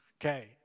Okay